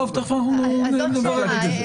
תכף נברר את זה.